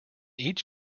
each